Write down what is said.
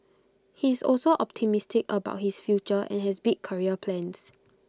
he is also optimistic about his future and has big career plans